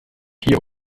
hier